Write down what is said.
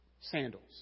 sandals